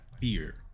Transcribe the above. fear